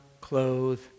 clothe